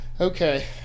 Okay